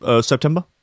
September